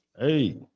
Hey